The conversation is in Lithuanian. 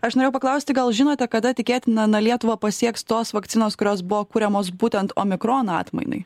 aš norėjau paklausti gal žinote kada tikėtina na lietuvą pasieks tos vakcinos kurios buvo kuriamos būtent omikron atmainai